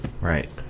Right